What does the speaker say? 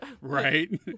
right